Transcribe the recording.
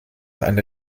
einer